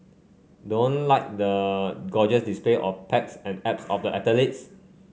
don't like the gorgeous display of pecs and abs of the athletes